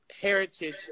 heritage